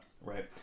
right